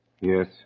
Yes